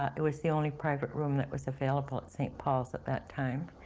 ah it was the only private room that was available at st. paul's at that time.